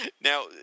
Now